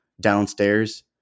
downstairs